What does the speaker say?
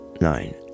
nine